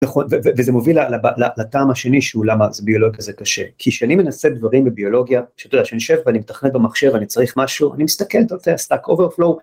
נכון, וזה מוביל לטעם השני, שהוא למה זה ביולוגיה כזה קשה. כי כשאני מנסה דברים בביולוגיה, שאתה יודע, שאני שב ואני מתכנת במחשב, אני צריך משהו, אני מסתכלת על זה, stack overflow.